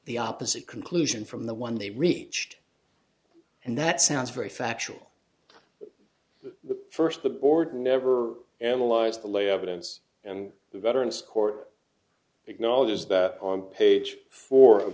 the opposite conclusion from the one they reached and that sounds very factual but first the board never analyzed the lay evidence and the veteran's court acknowledges that on page four of